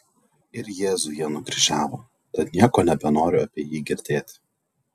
ir jėzų jie nukryžiavo tad nieko nebenoriu apie jį girdėt